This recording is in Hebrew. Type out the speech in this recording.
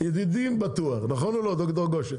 ידידים בטוח נכון או לא ד"ר גושן?